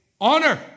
honor